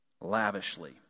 lavishly